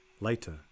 Later